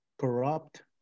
Corrupt